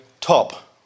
top